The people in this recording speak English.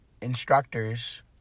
instructors